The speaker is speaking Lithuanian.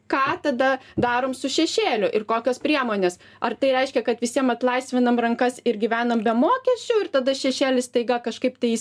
ką tada darom su šešėliu ir kokios priemonės ar tai reiškia kad visiem atlaisvinam rankas ir gyvenam be mokesčių ir tada šešėlis staiga kažkaip tais